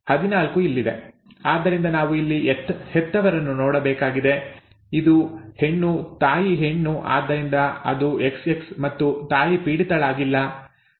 14 ಇಲ್ಲಿದೆ ಆದ್ದರಿಂದ ನಾವು ಇಲ್ಲಿ ಹೆತ್ತವರನ್ನು ನೋಡಬೇಕಾಗಿದೆ ಇದು ಹೆಣ್ಣು ತಾಯಿ ಹೆಣ್ಣು ಆದ್ದರಿಂದ ಅದು XX ಮತ್ತು ತಾಯಿ ಪೀಡಿತಳಾಗಿಲ್ಲ